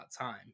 time